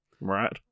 right